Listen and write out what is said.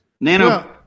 nano